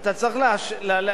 אתה צריך לבנות